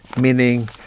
meaning